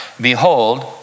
behold